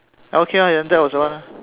okay ya that was the one